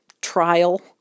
trial